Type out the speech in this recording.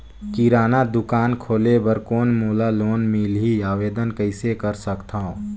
किराना दुकान खोले बर कौन मोला लोन मिलही? आवेदन कइसे कर सकथव?